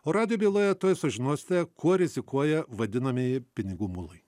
o radijo byloje tuoj sužinosite kuo rizikuoja vadinamieji pinigų mulai